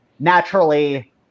Naturally